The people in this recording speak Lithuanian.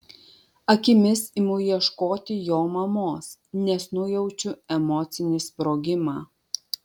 akimis imu ieškoti jo mamos nes nujaučiu emocinį sprogimą